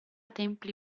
templi